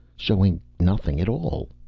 showing nothing at all.